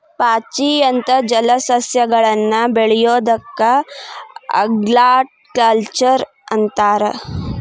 ಪಾಚಿ ಅಂತ ಜಲಸಸ್ಯಗಳನ್ನ ಬೆಳಿಯೋದಕ್ಕ ಆಲ್ಗಾಕಲ್ಚರ್ ಅಂತ ಕರೇತಾರ